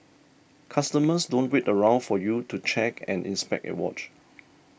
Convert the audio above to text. customers don't wait around for you to check and inspect a watch